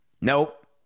Nope